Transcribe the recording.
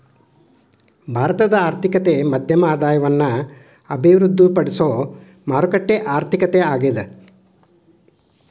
ಭಾರತದ ಆರ್ಥಿಕತೆ ಮಧ್ಯಮ ಆದಾಯವನ್ನ ಅಭಿವೃದ್ಧಿಪಡಿಸುವ ಮಾರುಕಟ್ಟೆ ಆರ್ಥಿಕತೆ ಅದ